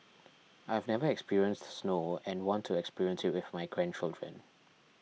I have never experienced snow and want to experience it with my grandchildren